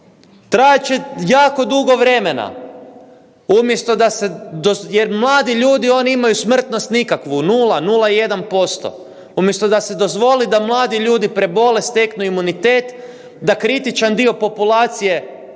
Trajat će jako dugo vremena, umjesto da se, jer mladi ljudi, oni imaju smrtnost nikakvu, 0, 0,1%. Umjesto da se dozvoli da mladi ljudi prebole, steknu imunitet, da kritičan dio populacije